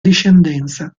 discendenza